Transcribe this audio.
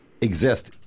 exist